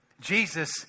Jesus